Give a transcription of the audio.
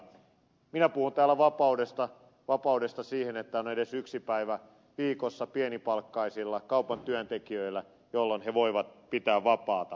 minä puhun täällä vapaudesta vapaudesta siihen että on edes yksi päivä viikossa pienipalkkaisilla kaupan työntekijöillä jolloin he voivat pitää vapaata